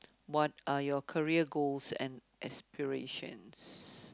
what are your career goals and aspirations